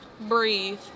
Breathe